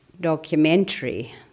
documentary